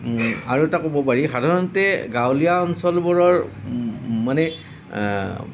আৰু এটা ক'ব পাৰি সাধাৰণতে গাঁৱলীয়া অঞ্চলবোৰৰ মানে